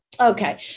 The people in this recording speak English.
Okay